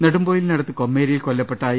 നെടുംപൊ യിലിനടുത്ത് കൊമ്മേരിയിൽ കൊല്ലപ്പെട്ട എ